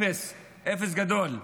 אפס גדול.